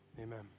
amen